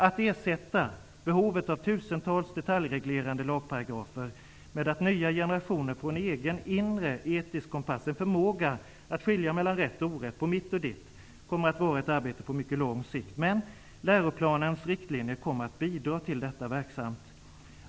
Att ersätta behovet av tusentals detaljreglerande lagparagrafer med att nya generationer får en egen, inre etisk kompass, en förmåga att skilja på rätt och orätt, på mitt och ditt, kommer att vara ett arbete på mycket lång sikt, men läroplanens riktlinjer kommer att bidra till det verksamt.